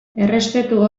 errespetu